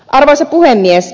arvoisa puhemies